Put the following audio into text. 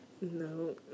no